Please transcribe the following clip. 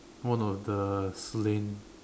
one of the slain